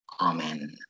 Amen